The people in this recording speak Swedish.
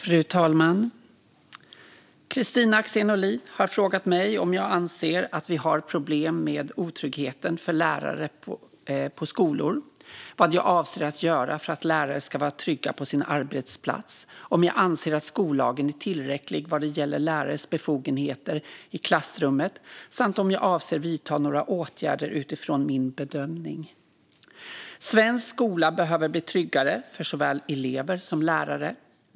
Fru talman! Kristina Axén Olin har frågat mig om jag anser att vi har ett problem med otrygghet för lärare på skolor, vad jag avser att göra för att lärare ska vara trygga på sin arbetsplats, om jag anser att skollagen är tillräcklig vad gäller lärares befogenheter i klassrummet samt om jag avser att vidta några åtgärder utifrån min bedömning. Svensk skola behöver bli tryggare för såväl elever som lärare.